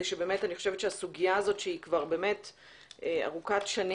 כדי שנוכל ממש ממש להתקדם לסיום בסוגיה ארוכת השנים